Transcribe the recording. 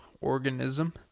organism